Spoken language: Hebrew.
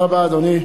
תודה רבה, אדוני.